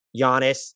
Giannis